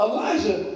Elijah